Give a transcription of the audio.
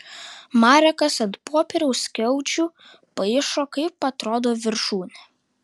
marekas ant popieriaus skiaučių paišo kaip atrodo viršūnė